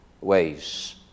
ways